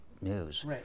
news